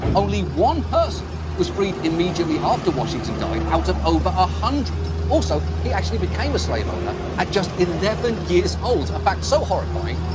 only one person was freed immediately after washington died, out of a hundred. also, he actually became a slave owner at just eleven years old. a fact so horrifying,